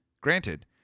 Granted